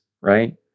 right